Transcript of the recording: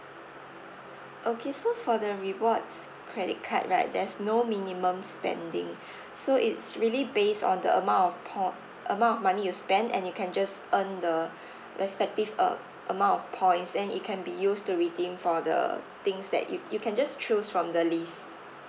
okay so for the rewards credit card right there's no minimum spending so it's really based on the amount of po~ amount of money you spend and you can just earn the respective uh amount of points and it can be used to redeem for the things that you you can just choose from the list